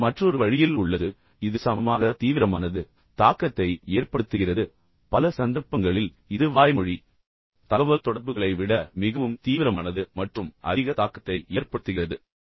இது மற்றொரு வழியில் உள்ளது இது சமமாக தீவிரமானது மற்றும் தாக்கத்தை ஏற்படுத்துகிறது மற்றும் பல சந்தர்ப்பங்களில் இது வாய்மொழி தகவல்தொடர்புகளை விட மிகவும் தீவிரமானது மற்றும் அதிக தாக்கத்தை ஏற்படுத்துகிறது